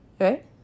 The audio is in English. Right